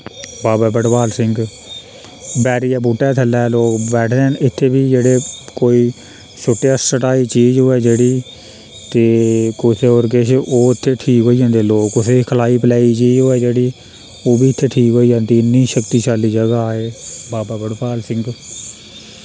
बाबा भड़वल सिंह बैरी दे बूह्टे थल्लै लोक बैठे दे न इत्थै बी जेह्ड़े कोई सुट्टेआ सुटाई चीज होऐ जेह्ड़ी ते कुसै और किश ओह् उत्थै ठीक होई जंदे लोक कुसेई खलाई पलाई चीज होऐ जेह्ड़ी ओह् बी इत्थै ठीक होई इन्नी शक्तिशाली जगह एह् बाबा भड़वल सिंह